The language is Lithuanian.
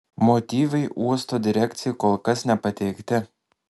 motyvai uosto direkcijai kol kas nepateikti